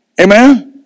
amen